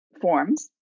forms